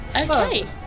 Okay